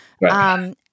Right